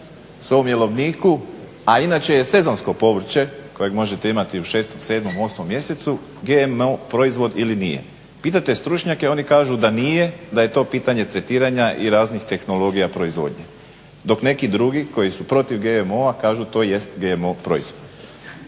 svom jelovniku, a inače je sezonsko povrće kojeg možete imati i u 6., 7., 8. mjesecu GMO proizvod ili nije. Pitajte stručnjake oni kažu da nije, da je to pitanje tretiranja i raznih tehnologija proizvodnje dok neki drugi koji su protiv GMO-a kažu to jest GMO proizvod.